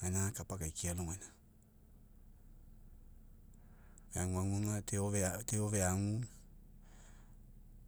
Gaina, kapa akaikia alogaina, aguagu ga, deo feagu,